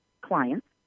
clients